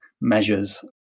measures